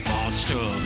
Monster